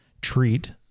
treat